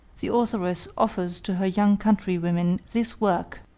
the authoress offers to her young countrywomen this work,